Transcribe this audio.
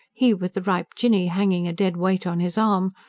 he with the ripe jinny hanging a dead weight on his arm,